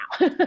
now